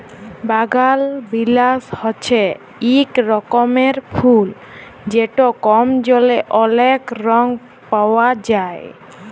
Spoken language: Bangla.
বাগালবিলাস হছে ইক রকমের ফুল যেট কম জলে অলেক রঙে পাউয়া যায়